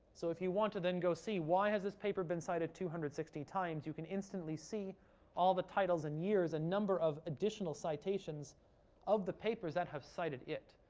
so if you want to then go see, why has this paper been cited two hundred and sixty times, you can instantly see all the titles, and years, and number of additional citations of the papers that have cited it.